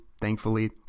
thankfully